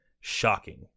shocking